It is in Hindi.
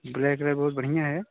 ब्लैक कलर बहुत बढ़िया है